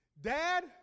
Dad